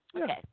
Okay